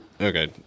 okay